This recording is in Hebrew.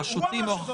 השוטים או החכמים.